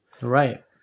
right